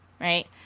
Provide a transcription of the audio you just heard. right